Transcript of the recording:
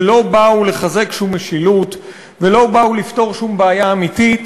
שלא באו לחזק שום משילות ולא באו לפתור שום בעיה אמיתית,